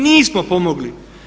Nismo pomogli.